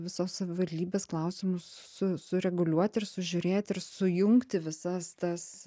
visos savivaldybės klausimus su sureguliuoti ir sužiūrėti ir sujungti visas tas